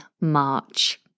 March